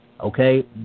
okay